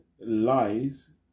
lies